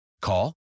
Call